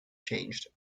changed